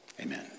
amen